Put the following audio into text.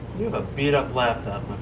you have a beat-up laptop,